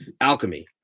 Alchemy